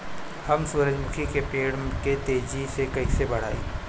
हम सुरुजमुखी के पेड़ के तेजी से कईसे बढ़ाई?